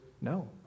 no